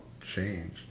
change